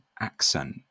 accent